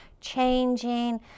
changing